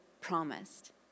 promised